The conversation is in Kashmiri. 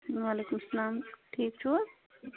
وعلیکُم سَلام ٹھیٖک چھِوا